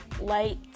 light